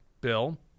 bill